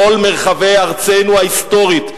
כל מרחבי ארצנו ההיסטורית.